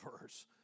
verse